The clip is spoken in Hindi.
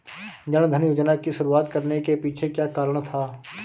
जन धन योजना की शुरुआत करने के पीछे क्या कारण था?